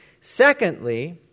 Secondly